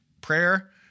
Prayer